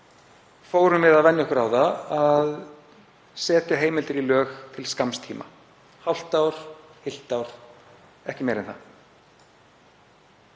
fórum við að venja okkur á að setja heimildir í lög til skamms tíma; hálft ár, heilt ár, ekki meira en það.